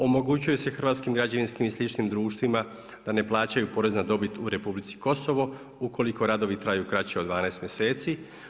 Omogućuje se hrvatskim građevinskim i sličnim društvima da ne plaćaju porez na dobit u Republici Kosovo ukoliko radovi traju kraće od 12 mjeseci.